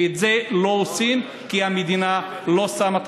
ואת זה לא עושים כי המדינה לא שמה את